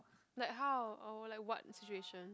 like how or like what situation